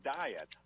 diet